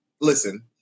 listen